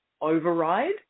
override